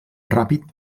ràpid